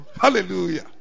Hallelujah